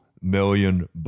million